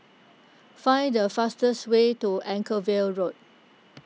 find the fastest way to Anchorvale Road